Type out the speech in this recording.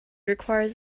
requires